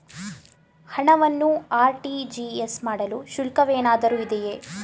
ಹಣವನ್ನು ಆರ್.ಟಿ.ಜಿ.ಎಸ್ ಮಾಡಲು ಶುಲ್ಕವೇನಾದರೂ ಇದೆಯೇ?